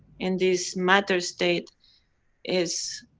in this matter-state is